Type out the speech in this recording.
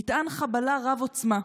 מטען חבלה רב-עוצמה.